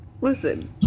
Listen